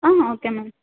okay ma'am